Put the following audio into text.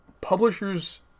Publishers